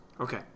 Okay